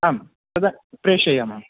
आम् तदा प्रेषयामः